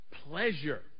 Pleasure